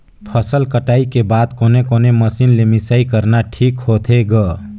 फसल कटाई के बाद कोने कोने मशीन ले मिसाई करना ठीक होथे ग?